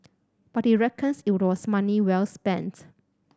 but he reckons it was money well spent